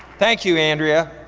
thank you andrea.